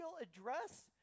address